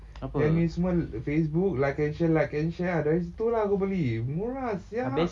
yang ni semua facebook like and share like and share ah dari situ lah aku beli murah sia